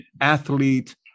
athlete